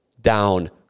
down